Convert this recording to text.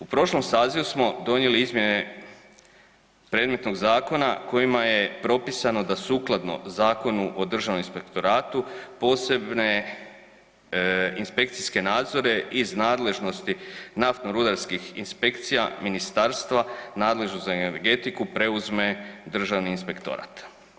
U prošlom sazivu smo donijeli izmjene predmetnog zakona kojima je propisano da sukladno Zakonu o Državnom inspektoratu posebne inspekcijske nadzore iz nadležnosti naftno-rudarskih inspekcija ministarstva nadležno za energetiku preuzme Državni inspektorat.